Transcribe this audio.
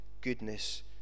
goodness